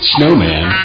Snowman